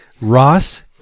Ross